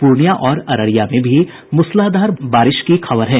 पूर्णिया और अररिया में भी मूसलाधार बारिश की खबर है